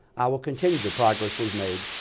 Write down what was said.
i will continue the progress we've made,